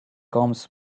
comes